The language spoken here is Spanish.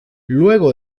luego